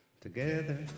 Together